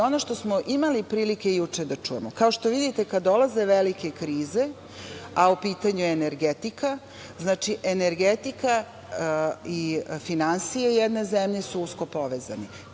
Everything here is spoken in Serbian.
što smo imali prilike juče da čujemo, kao što vidite kada dolaze velike krize, a u pitanju je energetika, znači energetika i finansije jedne zemlje su usko povezane.